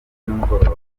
nimugoroba